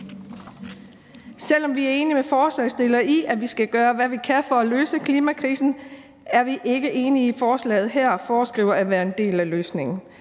Selv om vi er enige med forslagsstillerne i, at vi skal gøre, hvad vi kan for at løse klimakrisen, er vi ikke enige i, at forslaget her, som det foreskriver, er en del af løsningen.